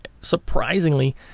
surprisingly